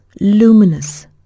luminous